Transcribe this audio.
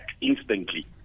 instantly